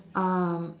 um